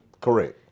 Correct